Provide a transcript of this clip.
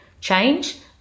change